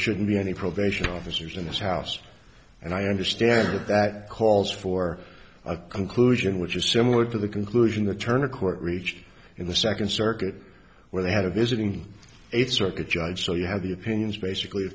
shouldn't be any probation officers in this house and i understand that calls for a conclusion which is similar to the conclusion that turner court reached in the second circuit where they had a visiting eight circuit judge so you have the opinions basically